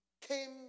came